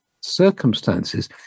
circumstances